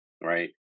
right